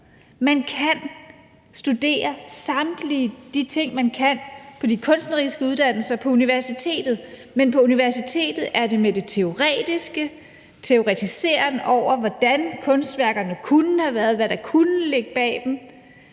Man kan studere samtlige de ting, man kan studere på de kunstneriske uddannelser, på universitetet, men på universitetet er det med en teoretiseren over, hvordan kunstværkerne kunne have været, hvad der kunne ligge bag dem,